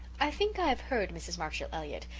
i think i have heard, mrs. marshall elliott,